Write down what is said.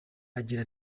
agira